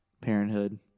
parenthood